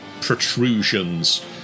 protrusions